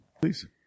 Please